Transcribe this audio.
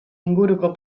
inguruko